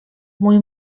mój